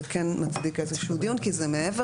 זה כן מצדיק איזשהו דיון כי זה מעבר